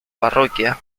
parroquia